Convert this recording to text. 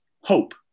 hope